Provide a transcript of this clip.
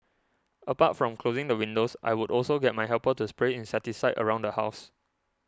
apart from closing the windows I would also get my helper to spray insecticide around the house